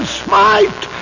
smite